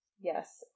Yes